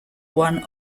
one